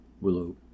Willow